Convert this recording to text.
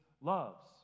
loves